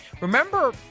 Remember